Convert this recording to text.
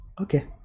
okay